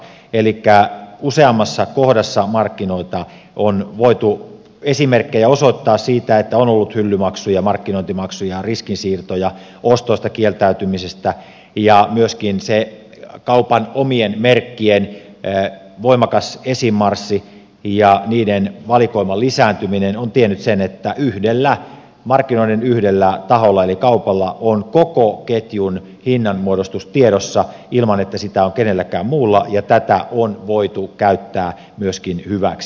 elikkä useammassa kohdassa markkinoita on voitu osoittaa esimerkkejä siitä että on ollut hyllymaksuja ja markkinointimaksuja riskinsiirtoja ostoista kieltäytymistä ja myöskin se kaupan omien merkkien voimakas esiinmarssi ja niiden valikoiman lisääntyminen on tiennyt sitä että markkinoiden yhdellä taholla eli kaupalla on koko ketjun hinnanmuodostus tiedossa ilman että sitä on kenelläkään muulla ja tätä on voitu käyttää myöskin hyväksi